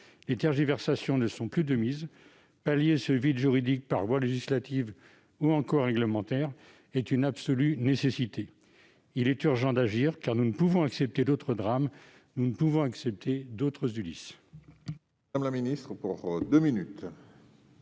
Les tergiversations ne sont plus de mise : combler ce vide juridique, par voie législative ou réglementaire, est une nécessité absolue. Il est urgent d'agir, car nous ne pouvons accepter d'autres drames ; nous ne pouvons accepter la mort